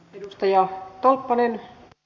arvoisa rouva puhemies